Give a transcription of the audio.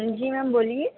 جی ma'am بولیے